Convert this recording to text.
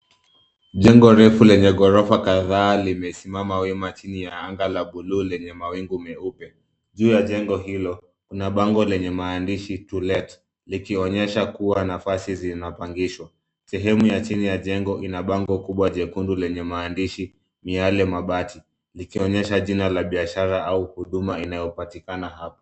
Jengo refu lenye ghorofa kadhaa limesimama wima chini ya anga la buluu lenye mawingu meupe. Juu ya jengo hilo kuna bango lenye maandishi to let likionyesha kuwa nafasi zinapangishwa. Sehemu ya chini ya jengo ina bango kubwa jekundu lenye maandishi Miale Mabati likionyesha jina la biashara au huduma inayopatikana hapa.